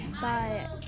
bye